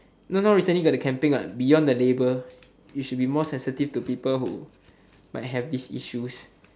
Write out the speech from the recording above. you know now recently got the campaign what beyond the label you should be more sensitive to people who might have these issues